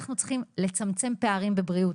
אנחנו צריכים לצמצם פערים בבריאות,